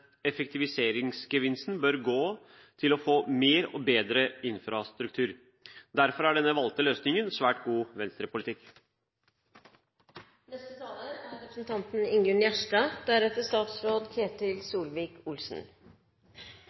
effektiviseringsgevinsten bør gå til å få mer og bedre infrastruktur. Derfor er den valgte løsningen svært god Venstre-politikk. Bypakker er